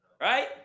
Right